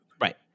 right